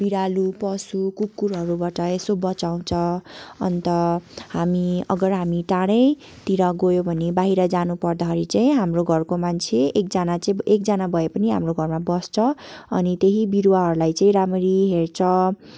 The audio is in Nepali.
बिरालो पशु कुकुरहरूबाट यसो बचाउँछ अन्त हामी अगर हामी टाढैतिर गयो भने बाहिर जानुपर्दाखेरि चाहिँ हाम्रो घरको मान्छे एकजना चाहिँ एकजना भएपनि हाम्रो घरमा बस्छ अनि त्यही बिरुवाहरूलाई चाहिँ राम्ररी हेर्छ